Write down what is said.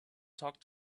talk